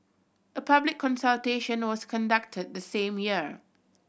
a public consultation was conducted the same year